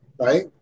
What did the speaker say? right